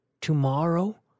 tomorrow